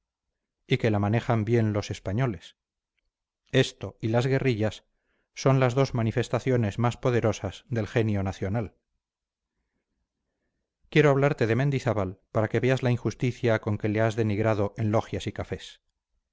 y que la manejan bien los españoles esto y las guerrillas son las dos manifestaciones más poderosas del genio nacional quiero hablarte de mendizábal para que veas la injusticia con que le has denigrado en logias y cafés